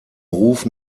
ruf